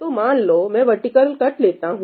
तो मान लो मैं वर्टिकल कट लेता हूं